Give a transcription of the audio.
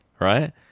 right